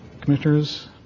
commissioners